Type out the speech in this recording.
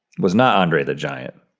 was not andre the giant.